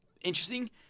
interesting